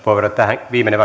viimeinen